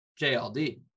JLD